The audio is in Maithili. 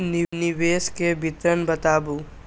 निवेश के विवरण बताबू?